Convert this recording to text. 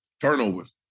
turnovers